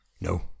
No